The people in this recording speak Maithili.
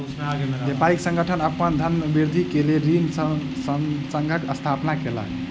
व्यापारी संगठन अपन धनवृद्धि के लेल ऋण संघक स्थापना केलक